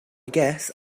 guess